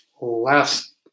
Last